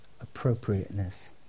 appropriateness